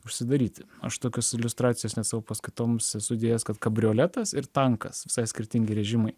užsidaryti aš tokios iliustracijos net savo paskaitoms sudėjęs kad kabrioletas ir tankas skirtingi režimai